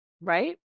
Right